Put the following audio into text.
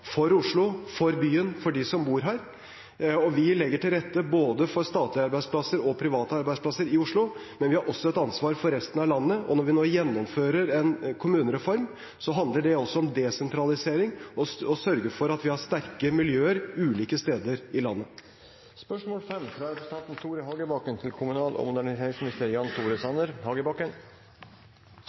for Oslo, for byen, og for dem som bor her. Vi legger til rette for både statlige og private arbeidsplasser i Oslo, men vi har også et ansvar for resten av landet, og når vi nå gjennomfører en kommunereform, handler det også om desentralisering og å sørge for at vi har sterke miljøer ulike steder i landet. Mitt spørsmål går til kommunal- og moderniseringsministeren: «Det er viktig å legge til rette for at folk kan bo og